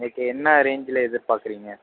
இன்றைக்கி என்ன ரேஞ்சில் எதிர்பார்க்குறீங்க